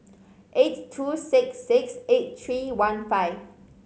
eight two six six eight three one five